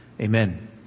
amen